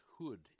Hood